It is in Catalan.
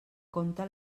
compte